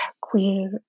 queer